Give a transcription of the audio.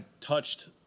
touched